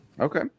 Okay